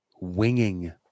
Winging